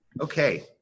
Okay